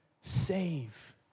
save